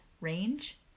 range